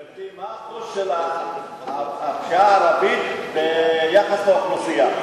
גברתי, מה אחוז הפשיעה הערבית ביחס לאוכלוסייה?